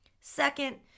Second